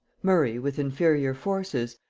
murray, with inferior forces,